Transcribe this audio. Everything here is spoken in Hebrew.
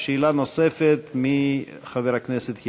ושאלה נוספת של חבר הכנסת ילין.